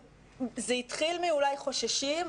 זה התחיל מאולי חוששים,